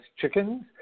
chickens